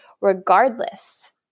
Regardless